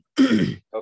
Okay